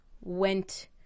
went